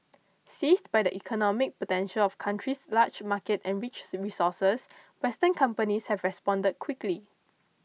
seized by the economic potential of country's large market and rich resources western companies have responded quickly